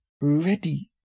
ready